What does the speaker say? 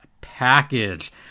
package